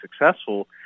successful –